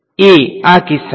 a આ કિસ્સામાં